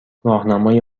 راهنمای